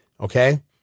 Okay